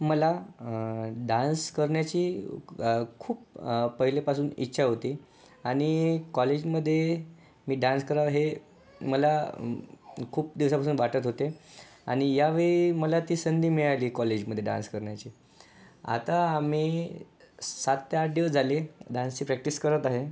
मला डान्स करण्याची खूप पहिल्यापासून इच्छा होती आनि कॉलेजमधे मी डान्स करावा हे मला खूप दिवसापासून वाटत होते आणि यावेळी मला ती संधी मिळाली कॉलेजमधे डान्स करण्याची आता आम्ही सात ते आठ दिवस झाले डान्सची प्रॅक्टीस करत आहे